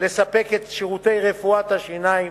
לספק את שירותי רפואת השיניים,